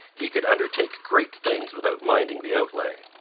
he could undertake great things without minding the outlay